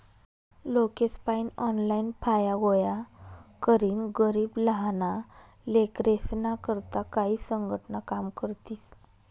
लोकेसपायीन ऑनलाईन फाया गोया करीन गरीब लहाना लेकरेस्ना करता काई संघटना काम करतीस